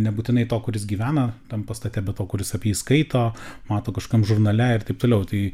nebūtinai to kuris gyvena tam pastate bet to kuris apie jį skaito mato kažkam žurnale ir taip toliau tai